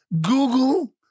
Google